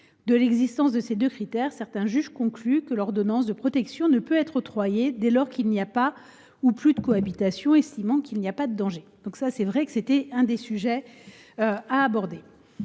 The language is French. De l’existence de ces deux critères, certains juges concluent que l’ordonnance de protection ne peut être octroyée dès lors qu’il n’y a pas ou plus de cohabitation, estimant qu’il n’y a pas de danger. Cette rédaction et cette